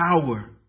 power